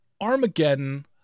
Armageddon